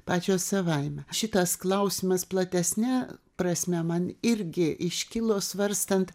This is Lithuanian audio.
pačios savaime šitas klausimas platesne prasme man irgi iškilo svarstant